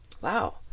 Wow